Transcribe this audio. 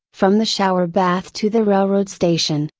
from the shower bath to the railroad station,